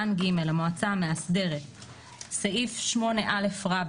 הרכב המועצה המאסדרת 8א. (א)